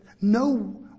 no